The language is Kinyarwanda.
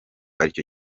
aricyo